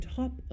top